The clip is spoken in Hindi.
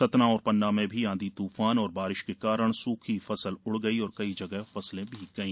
सतना और पन्ना में भी आंधी तूफान और बारिश के कारण सूखी फसल उड़ गई और कई जगह फसल भीग गई